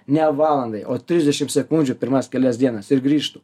ne valandai o trisdešimt sekundžių pirmas kelias dienas ir grįžtu